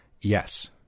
Yes